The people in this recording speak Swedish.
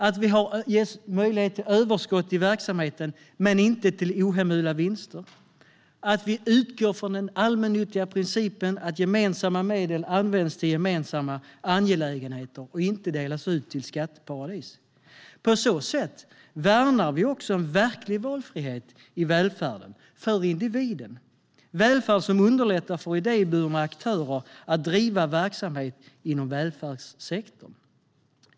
Det ska ges möjlighet till överskott i verksamheten men inte till ohemula vinster. Det handlar om att vi utgår från den allmännyttiga principen att gemensamma medel används till gemensamma angelägenheter och inte delas ut till skatteparadis. På så sätt värnar vi också en verklig valfrihet i välfärden för individen. Det är en välfärd som underlättar för idéburna aktörer att driva verksamhet inom välfärdssektorn.